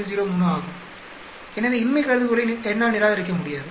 03 ஆகும் எனவே இன்மை கருதுகோளை என்னால் நிராகரிக்க முடியாது